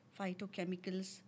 phytochemicals